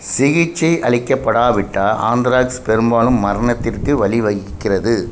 சிகிச்சை அளிக்கப்படாவிட்டால் ஆந்த்ராக்ஸ் பெரும்பாலும் மரணத்திற்கு வழிவகிக்கிறது